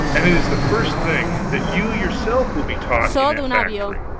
and it is the first thing that you yourself will be taught in that factory